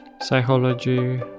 psychology